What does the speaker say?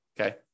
okay